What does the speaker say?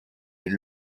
est